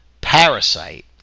Parasite